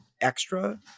extra